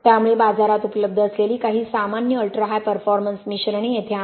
त्यामुळे बाजारात उपलब्ध असलेली काही सामान्य अल्ट्रा हाय परफॉर्मन्स मिश्रणे येथे आहेत